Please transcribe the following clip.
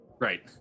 Right